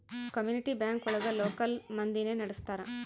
community bank ಒಳಗ local ಮಂದಿನೆ ನಡ್ಸ್ತರ